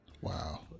Wow